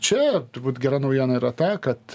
čia turbūt gera naujiena yra ta kad